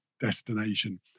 destination